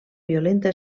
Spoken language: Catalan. violenta